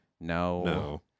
No